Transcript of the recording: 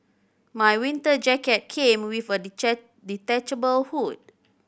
my winter jacket came with a detachable hood